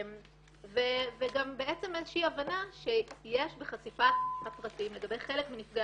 וגם הבנה שיש בחשיפת הפרטים לגבי חלק מנפגעי